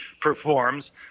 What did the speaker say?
performs